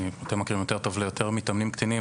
אתם מכירים יותר טוב, ליותר מתאמנים קטינים.